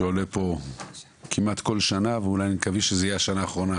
שעולה פה כמעט כל שנה ואולי אני מקווה שזה יהיה השנה האחרונה,